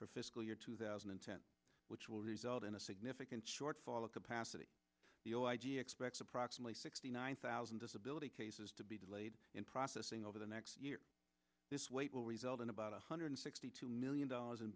fiscal year two thousand and ten which will result in a significant shortfall of capacity the oh i g expects approximately sixty nine thousand disability cases to be delayed in processing over the next year this weight will result in about one hundred sixty two million dollars in